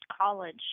college